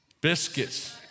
Biscuits